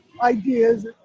ideas